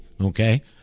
Okay